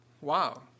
Wow